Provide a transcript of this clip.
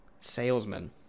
Salesman